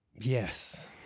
yes